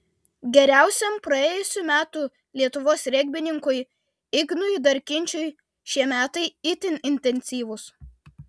geriausiam praėjusių metų lietuvos regbininkui ignui darkinčiui šie metai itin intensyvūs